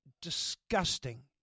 disgusting